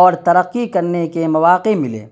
اور ترقی کرنے کے مواقع ملیں